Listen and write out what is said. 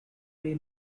day